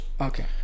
Okay